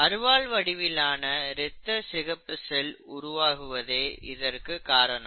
அருவாள் வடிவிலான இரத்த சிகப்பு செல் உருவாகுவதே இதற்கு காரணம்